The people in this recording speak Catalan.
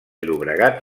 llobregat